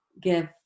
give